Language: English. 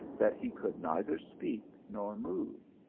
that he could neither speak nor move.